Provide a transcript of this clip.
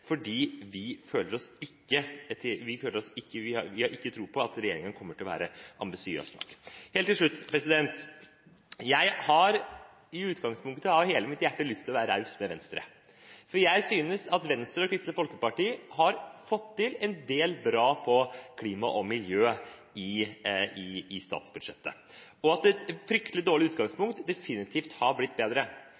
vi har ikke tro på at regjeringen kommer til å være ambisiøs nok. Helt til slutt: Jeg har i utgangspunktet av hele mitt hjerte lyst til å være raus med Venstre, for jeg synes at Venstre og Kristelig Folkeparti har fått til en del bra på klima- og miljøområdet i statsbudsjettet, og at et fryktelig dårlig